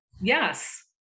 Yes